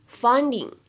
finding